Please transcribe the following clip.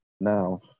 Now